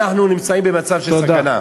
ואנחנו נמצאים במצב של סכנה.